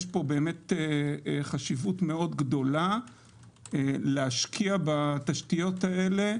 יש פה באמת חשיבות מאוד גדולה להשקיע בתשתיות האלה,